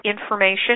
information